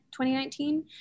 2019